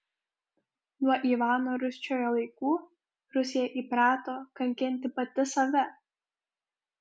nuo ivano rūsčiojo laikų rusija įprato kankinti pati save